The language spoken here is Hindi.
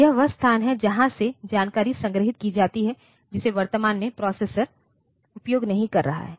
यह वह स्थान है जहां से जानकारी संग्रहीत की जाती है जिसे वर्तमान में प्रोसेसर उपयोग नहीं कर रहा है